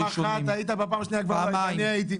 פעם אחת היית, בפעם השנייה כבר לא היית.